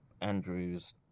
Andrew's